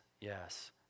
yes